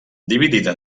dividida